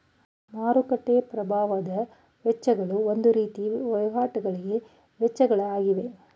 ಮಾರುಕಟ್ಟೆಯ ಪ್ರಭಾವದ ವೆಚ್ಚಗಳು ಒಂದು ರೀತಿಯ ವಹಿವಾಟಿಗಳಿಗೆ ವೆಚ್ಚಗಳ ಆಗಿವೆ